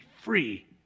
free